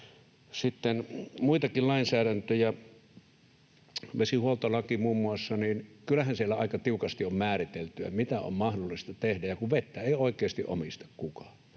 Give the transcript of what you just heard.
sitten muitakin lainsäädäntöjä. Kyllähän vesihuoltolaissa muun muassa aika tiukasti on määritelty, mitä on mahdollista tehdä. Ja kun vettä ei oikeasti omista kukaan